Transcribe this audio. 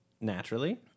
naturally